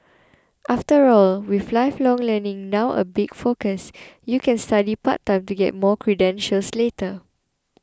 after all with lifelong learning now a big focus you can study part time to get more credentials later